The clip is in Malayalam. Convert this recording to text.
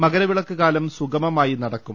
മകരവി ളക്ക് കാലം സുഗമമായി നടക്കും